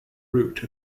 root